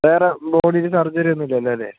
വേറെ ബോഡിയിൽ സർജറി ഒന്നും ഇല്ലല്ലോ അല്ലേ